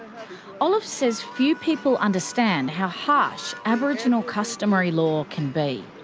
olive says few people understand how harsh aboriginal customary law can be.